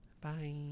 Bye